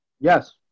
Yes